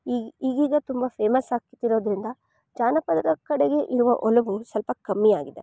ಈ ಈಗೀಗ ತುಂಬ ಫೇಮಸ್ ಆಗ್ತಿರೋದರಿಂದ ಜಾನಪದದ ಕಡೆಗೆ ಇರುವ ಒಲವು ಸ್ವಲ್ಪ ಕಮ್ಮಿಯಾಗಿದೆ